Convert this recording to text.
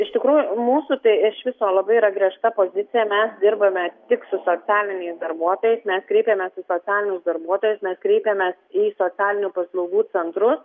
iš tikrųjų mūsų tai iš viso labai yra griežta pozicija mes dirbame tik su socialiniais darbuotojais mes kreipiamės į socialinius darbuotojus mes kreipiamės į socialinių paslaugų centrus